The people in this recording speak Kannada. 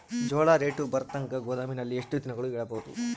ಜೋಳ ರೇಟು ಬರತಂಕ ಗೋದಾಮಿನಲ್ಲಿ ಎಷ್ಟು ದಿನಗಳು ಯಿಡಬಹುದು?